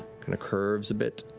curves a bit,